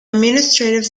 administrative